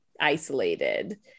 isolated